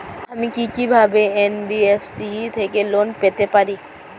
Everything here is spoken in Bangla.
আমি কি কিভাবে এন.বি.এফ.সি থেকে লোন পেতে পারি?